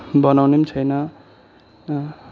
बनाउने पनि छैन